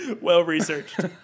Well-researched